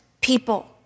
people